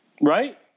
Right